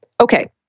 Okay